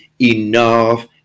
enough